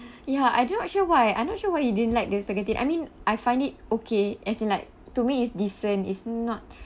ya I do not sure why I'm not sure what you didn't like the spaghetti I mean I find it okay as in like to me it's decent it's not